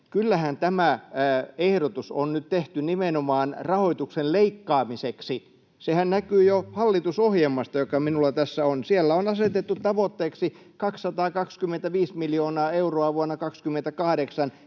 kyllähän tämä ehdotus on tehty nimenomaan rahoituksen leikkaamiseksi — sehän näkyy jo hallitusohjelmasta, joka minulla tässä on. Siellä on asetettu tavoitteeksi 225 miljoonaa euroa vuonna 28.